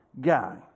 guy